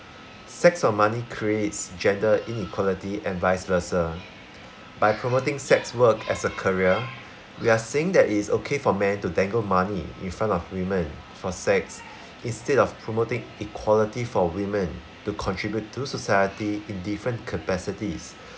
sex for money creates gender inequality and vice versa by promoting sex work as a career we're saying that it is okay for men to dangle money in front of women for sex instead of promoting equality for women to contribute to society in different capacities